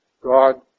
God